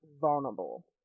vulnerable